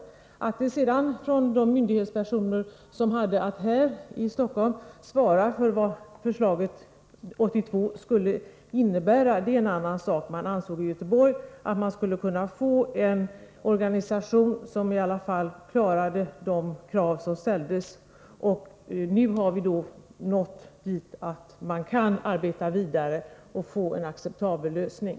Vad sedan de myndighetspersoner i Stockholm ansåg som hade att ta ställning till vad förslaget från 1982 skulle innebära är en annan sak. I Göteborg ansåg man att man skulle få en organisation som i alla fall tillgodosåg de krav som ställdes. Nu har vi nått dithän att man kan arbeta vidare och få en acceptabel lösning.